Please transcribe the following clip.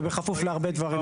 ובכפוף להרבה דברים.